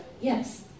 Yes